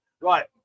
Right